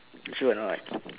you sure or not